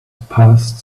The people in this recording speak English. passed